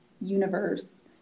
universe